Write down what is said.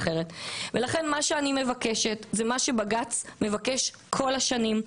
לכן, מה שאני מבקשת זה מה שבג"ץ מבקש כל השנים.